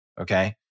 Okay